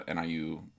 NIU